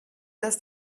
dass